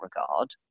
regard